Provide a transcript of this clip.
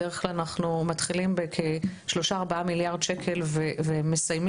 בדרך כלל אנחנו מתחילים בכ-3 4 מיליארד שקל ומסיימים,